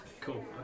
Cool